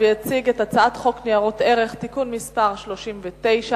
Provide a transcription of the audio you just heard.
ויציג את הצעת חוק ניירות ערך (תיקון מס' 39),